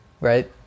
Right